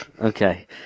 Okay